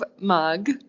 mug